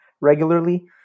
regularly